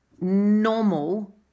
normal